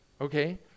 Okay